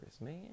man